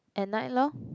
at night lor